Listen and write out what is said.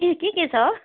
के के छ